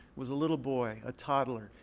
was a little boy, a toddler,